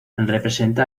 representa